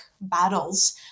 battles